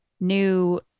new